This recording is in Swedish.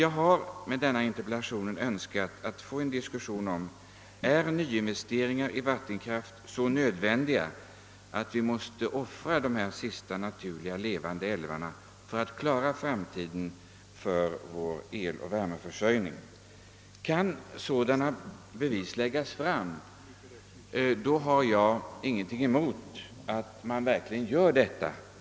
Jag har med min interpellation ÖNS kat att få till stånd en diskussion, om nyinvesteringar i vattenkraft är så nödvändiga att vi måste offra de sista naturliga levande älvarna för att klara vår eloch värmeförsörjning för framtiden. Kan bevis härför läggas fram har jag ingenting emot att man verkligen gör dylika investeringar.